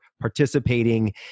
participating